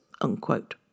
unquote